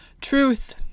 truth